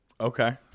Okay